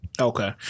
Okay